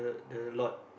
the the lord